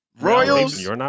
Royals